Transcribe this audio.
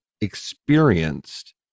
experienced